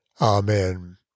Amen